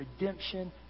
redemption